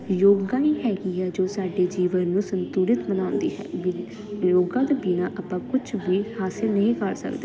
ਯੋਗਾ ਹੀ ਹੈਗੀ ਆ ਜੋ ਸਾਡੇ ਜੀਵਨ ਨੂੰ ਸੰਤੁਲਿਤ ਬਣਾਉਂਦੀ ਹੈ ਵ ਯੋਗਾਂ ਤੋਂ ਬਿਨਾਂ ਆਪਾਂ ਕੁਛ ਵੀ ਹਾਸਿਲ ਨਹੀਂ ਕਰ ਸਕਦੇ